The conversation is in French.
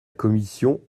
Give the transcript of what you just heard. commission